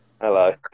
Hello